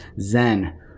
Zen